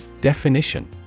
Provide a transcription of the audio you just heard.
definition